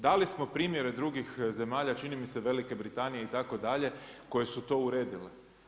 Dali smo primjere drugih zemalja, čini mi se Velike Britanije itd., koje su to uredile.